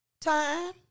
Time